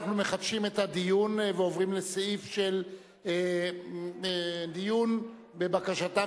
אנחנו מחדשים את הדיון ועוברים לסעיף של דיון בבקשתם